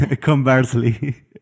Conversely